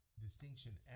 distinction